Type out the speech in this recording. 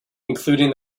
including